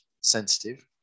sensitive